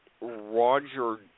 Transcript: Roger